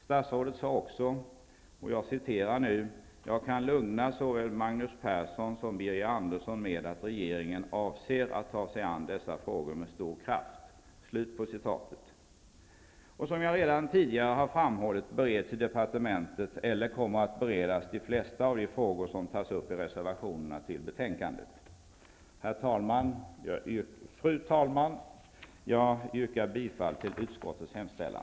Statsrådet sade också: ''Jag kan lugna såväl Magnus Persson som Birger Andersson med att regeringen avser att ta sig an dessa frågor med stor kraft.'' Som jag redan tidigare har framhållit bereds, eller kommer att beredas, i departementet de flesta av de frågor som tas upp i reservationerna till betänkandet. Fru talman! Jag yrkar bifall till utskottets hemställan.